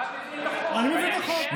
אתה מביא את החוק.